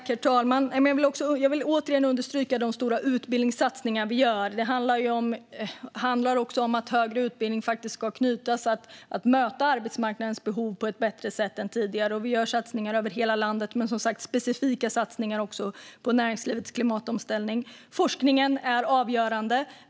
Herr talman! Jag vill återigen understryka de stora utbildningssatsningar vi gör. Det handlar också om att högre utbildning ska knytas till arbetsmarknaden för att möta dess behov på ett bättre sätt än tidigare. Vi gör satsningar över hela landet men som sagt också specifika satsningar på näringslivets klimatomställning. Forskningen är avgörande.